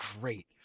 great